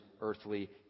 earthly